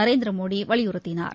நரேந்திர மோடி வலியுறுத்தினார்